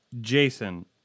Jason